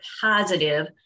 positive